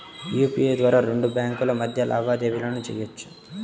UPI ద్వారా రెండు బ్యేంకుల మధ్య లావాదేవీలను చెయ్యొచ్చు